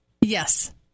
Yes